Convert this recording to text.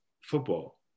football